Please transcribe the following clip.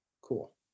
cool